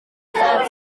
saat